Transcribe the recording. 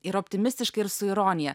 ir optimistiškai ir su ironija